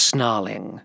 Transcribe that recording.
Snarling